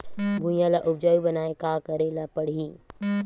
भुइयां ल उपजाऊ बनाये का करे ल पड़ही?